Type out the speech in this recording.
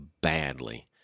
badly